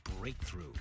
breakthrough